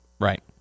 Right